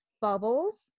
Bubbles